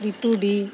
ᱨᱤᱛᱩᱰᱤ